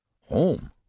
home